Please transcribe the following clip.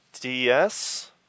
DS